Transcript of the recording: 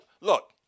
look